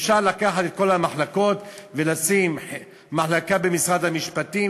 אפשר לקחת את כל המחלקות ולשים מחלקה במשרד המשפטים,